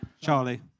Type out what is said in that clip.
Charlie